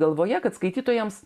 galvoje kad skaitytojams